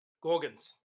Gorgons